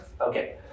Okay